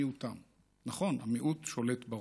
מיעוטם, נכון, המיעוט שולט ברוב.